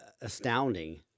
astounding